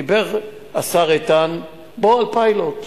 דיבר השר איתן פה על פיילוט.